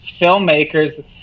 filmmakers